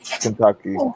Kentucky